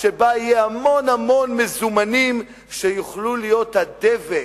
שבה יהיו המון המון מזומנים שיוכלו להיות הדבק.